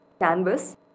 canvas